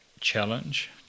challenge